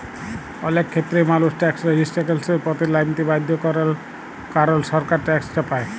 অলেক খ্যেত্রেই মালুস ট্যাকস রেজিসট্যালসের পথে লাইমতে বাধ্য হ্যয় কারল সরকার ট্যাকস চাপায়